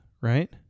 right